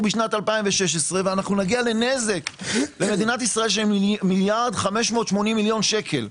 ב-2016 ונגיע לנזק למדינת ישראל של מיליארד ו-580 מיליון שקל.